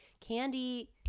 Candy